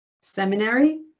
seminary